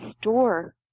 store